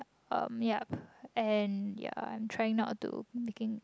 um yup and ya I'm trying not to making